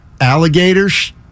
alligators